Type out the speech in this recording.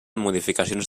modificacions